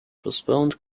postponed